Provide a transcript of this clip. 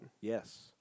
Yes